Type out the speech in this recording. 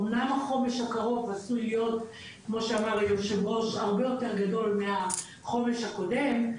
אמנם החומש הקרוב עשוי להיות הרבה יותר גדול מהחומש הקודם,